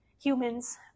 humans